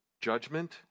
Judgment